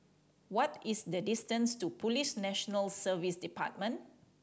what is the distance to Police National Service Department